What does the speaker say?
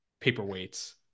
paperweights